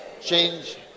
change